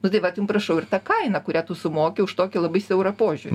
nu tai vat jum prašau ir ta kaina kurią tu sumoki už tokį labai siaurą požiūrį